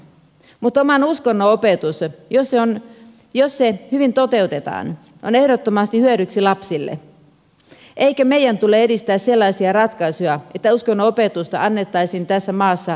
mutta oman uskonnon opetus jos se hyvin toteutetaan on ehdottomasti hyödyksi lapsille eikä meidän tule edistää sellaisia ratkaisuja että uskonnonopetusta annettaisiin tässä maassa vähemmän